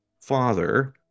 father